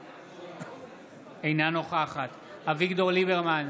אינה נוכחת אביגדור ליברמן,